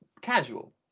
casual